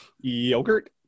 yogurt